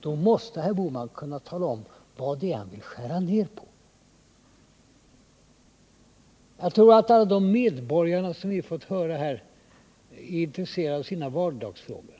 då måste herr Bohman kunna tala om vad det är han vill skära ned på. Jag tror att alla medborgare, som vi fått höra talas om här, är intresserade av sina vardagsfrågor.